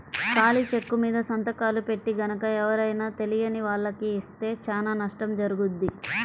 ఖాళీ చెక్కుమీద సంతకాలు పెట్టి గనక ఎవరైనా తెలియని వాళ్లకి ఇస్తే చానా నష్టం జరుగుద్ది